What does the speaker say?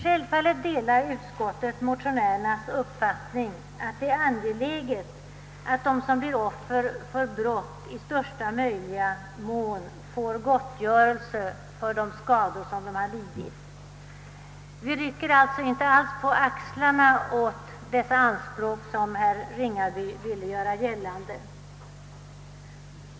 Självfallet delar utskottet motionärernas uppfattning, att det är angeläget att de som blir offer för brott i största möjliga mån får gottgörelse för de skador de lidit. Vi rycker alltså inte alls på axlarna åt dessa anspråk såsom herr Ringaby ville göra gällande.